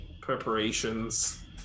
preparations